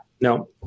no